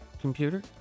Computer